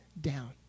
down